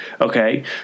Okay